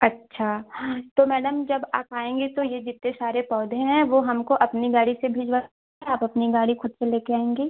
अच्छा तो मैडम जब आप आएँगी तो ये जितने सारे पौधे हैं वो हमको अपनी गाड़ी से भिजवा आप अपनी गाड़ी खुद से लेकर आएँगी